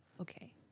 Okay